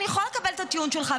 אני יכולה לקבל את הטיעון שלך,